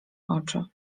oczy